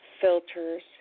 filters